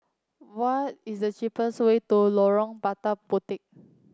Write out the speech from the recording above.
what is the cheapest way to Lorong Lada Puteh